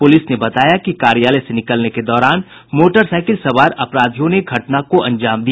police ने बताया कि कार्यालय से निकलने के दौरान मोटरसाईकिल सवार अपराधियों ने घटना को अंजाम दिया